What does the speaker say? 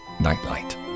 Nightlight